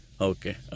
Okay